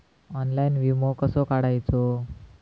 Online विमो कसो काढायचो?